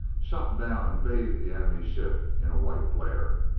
shot down and bathed the enemy ship in a white glare,